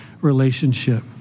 relationship